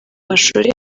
mashuri